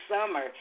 summer